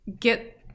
get